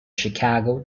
chicago